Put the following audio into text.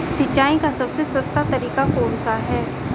सिंचाई का सबसे सस्ता तरीका कौन सा है?